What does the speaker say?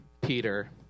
Peter